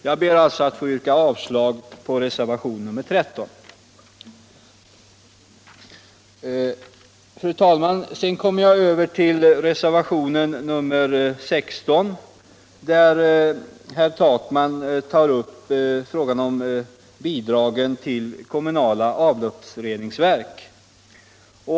Jag ber att få yrka avslag på reservationen 13. Fru talman! I reservationen 16 tar herr Takman upp frågan om bidrag till kommunala avloppsreningsverk.